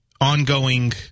ongoing